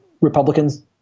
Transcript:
republicans